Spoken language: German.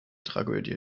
tragödie